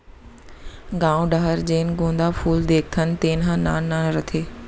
गॉंव डहर जेन गोंदा फूल देखथन तेन ह नान नान रथे